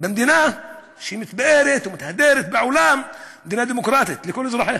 במדינה שמתפארת ומתהדרת בעולם כמדינה דמוקרטית לכל אזרחיה.